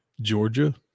Georgia